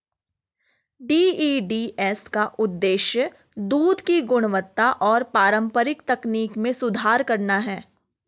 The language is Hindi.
डी.ई.डी.एस का उद्देश्य दूध की गुणवत्ता और पारंपरिक तकनीक में सुधार करना है